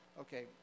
okay